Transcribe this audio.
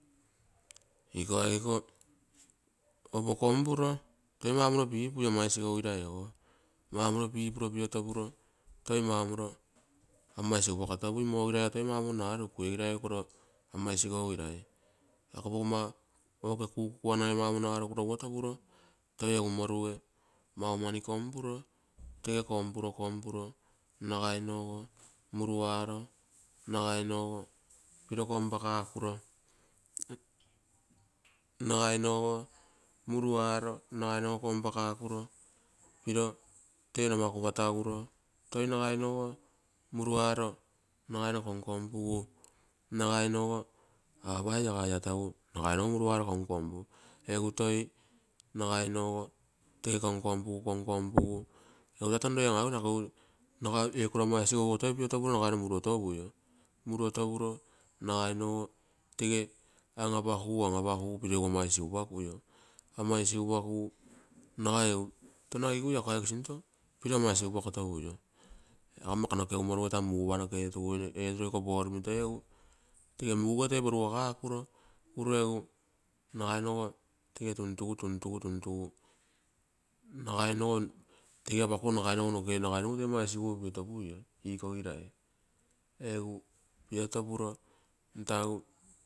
Iko aike iko, opo kompuro toi maumoro pipui ama isigougirai ogo. Maumoro pipuro piotopuro toi maumoro ama isigupakotopui moo girai ogo toi maumoro narukui, igirai ogo koro ama isigougirai. Ako pogomma oke kuku kuanai maumoro narukuro uotopuro, toi egu morgue maumani kompuro, tege kompuro, kompuro, nagai nogo muruaro, nagai nogo, piro kompakaa kuro, nagai nogo muruaro nagoinogo temumaku. Pataguro to nagaino muruaro nagaino konkonpugu, nagainogo apai aga ia tagu nagainogo muruaro konkonpu. Egu toi nagai nogo tege konkonpugu, konkonpugu, egu taa ton roi an aguine nagai ee koro ama isigouogo to piotopuro nagai nogo tege an apakugu an apakugu piro egu ama isigupaku. Ama isigupakugu nagai egu tono agigui ako aike sinto piro ama isigupakotopuio, aga mmo ako nokeu morgue tamugupa noke eturo iko porumi toi tege mugouge porugakakuro uro egu tege tuntugu, tuntugu, tuntugu nagainogo tege apakumo, nagainogo toiama isigou piotopuio ikogirai. Egu piotopuro, nta egu.